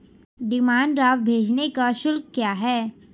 Demand draft भेजने का शुल्क क्या है?